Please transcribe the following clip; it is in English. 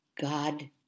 God